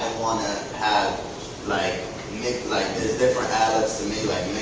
wanna have like like these different ad-libs to me like